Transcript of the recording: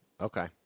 Okay